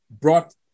brought